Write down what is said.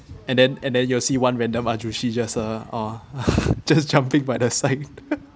and then and then you will see one random ahjussi just uh uh just jumping by the side